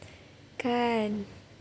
kan